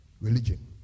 Religion